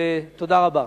תודה רבה.